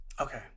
Okay